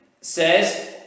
says